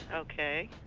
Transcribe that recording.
ok.